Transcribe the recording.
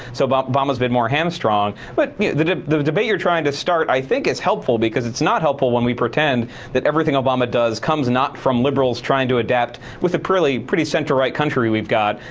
so but obama's been more hamstrung. but the the debate you're trying to start, i think, is helpful, because it's not helpful when we pretend that everything obama does comes not from liberals trying to adapt with a pretty center-right country we've got,